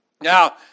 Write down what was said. Now